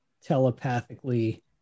telepathically